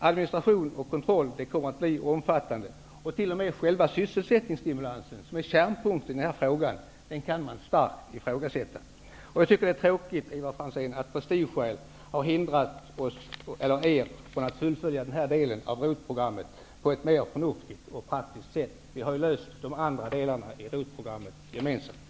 Administration och kontroll kommer att bli omfattande. T.o.m. själva sysselsättningsstimulansen, som är kärnpunkten i denna fråga, kan man starkt ifrågasätta. Jag tycker det är tråkigt, Ivar Franzén, att prestigeskäl har hindrat er från att fullfölja denna del av ROT-programmet på ett mer förnuftigt och mer praktiskt sätt. Vi har ju löst de andra delarna av ROT-programmet gemensamt.